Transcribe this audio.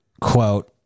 quote